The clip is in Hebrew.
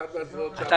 אחד מהזרועות שם.